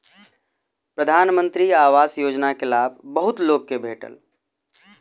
प्रधानमंत्री आवास योजना के लाभ बहुत लोक के भेटल